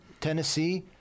Tennessee